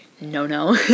no-no